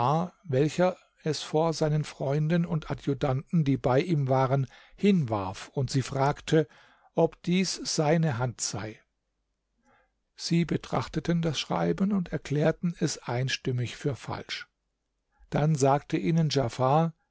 welcher es vor seinen freunden und adjutanten die bei ihm waren hinwarf und sie fragte ob dies seine hand sei sie betrachteten das schreiben und erklärten es einstimmig für falsch dann sagte ihnen djafar